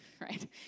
right